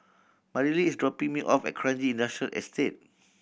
Marilee is dropping me off at Kranji Industrial Estate